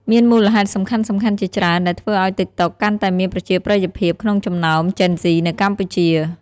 មានមូលហេតុសំខាន់ៗជាច្រើនដែលធ្វើឱ្យ តិកតុក កាន់តែមានប្រជាប្រិយភាពក្នុងចំណោមជេនហ្ស៊ីនៅកម្ពុជា។